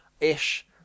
ish